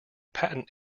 patent